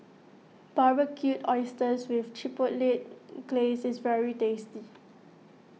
Barbecued Oysters with Chipotle Glaze is very tasty